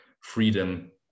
freedom